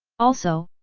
also,